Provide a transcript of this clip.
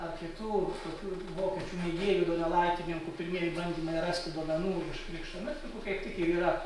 ar kitų tokių vokiečių mėgėjų donelaitininkų pirmieji bandymai rasti duomenų iš krikšto metrikų kaip tik ir yra